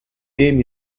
game